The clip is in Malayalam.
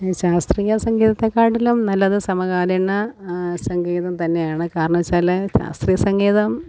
ശാസ്ത്രീയ സംഗീതത്തേക്കാട്ടിലും നല്ലത് സമകാലീന സംഗീതം തന്നെയാണ് കാരണോച്ചാല് ശാസ്ത്രീയ സംഗീതം